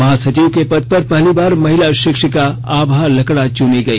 महासचिव के पद पर पहली बार महिला शिक्षिका आभा लकड़ा चुनी गई